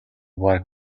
what